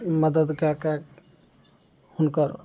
मदद कए कऽ हुनकर